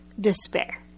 despair